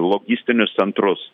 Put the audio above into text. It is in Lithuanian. logistinius centrus